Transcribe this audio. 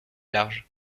large